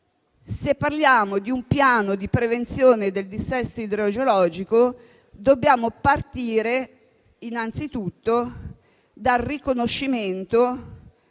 se parliamo di un piano di prevenzione del dissesto idrogeologico, dobbiamo partire innanzitutto dal riconoscimento